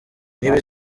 niba